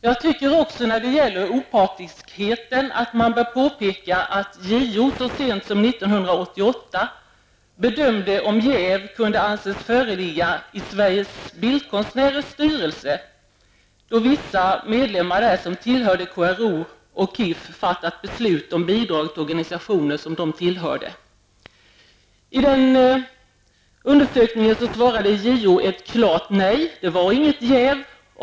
Jag anser när det gäller opartiskheten att man bör påpeka att JO så sent som 1988 bedömde om jäv kunde anses föreligga i Sveriges bildkonstnärers styrelse, då vissa medlemmar där som tillhörde KRO och KIF fattade beslut om bidrag till organisationer som de tillhörde. Efter undersökningar svarade JO klart nej; det var inte jäv.